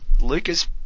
Lucas